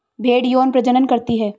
भेड़ यौन प्रजनन करती है